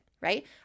right